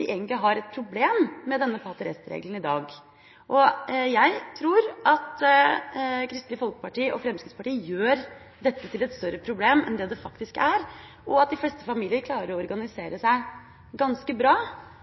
vi egentlig har et problem med denne pater est-regelen i dag. Jeg tror at Kristelig Folkeparti og Fremskrittspartiet gjør dette til et større problem enn det faktisk er, at de fleste familier klarer å organisere seg ganske bra